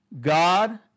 God